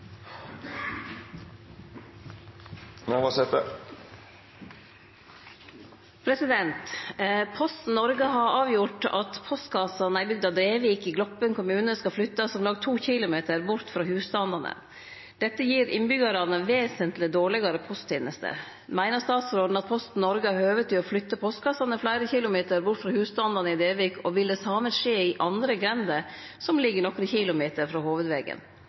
at Posten Norge har høve til å flytte postkassane fleire kilometer bort frå husstandane i Devik, og vil det same skje i andre grender som ligg nokre kilometer frå hovudvegen?»